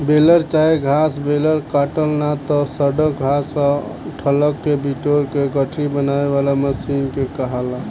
baler चाहे घास baler काटल ना त सड़ल घास आ डंठल के बिटोर के गठरी बनावे वाला मशीन के कहाला